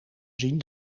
zien